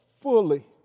fully